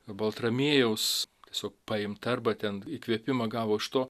baltramiejaus tiesiog paimta arba ten įkvėpimą gavo iš to